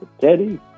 Teddy